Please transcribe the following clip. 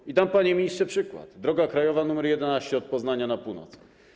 I dam, panie ministrze, przykład drogi krajowej nr 11 z Poznania na północ.